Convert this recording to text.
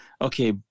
okay